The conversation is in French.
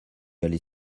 allait